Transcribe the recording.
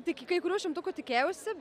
tik kai kurių šimtukų tikėjausi